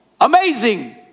amazing